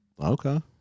Okay